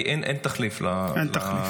כי אין תחליף -- אין תחליף.